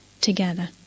together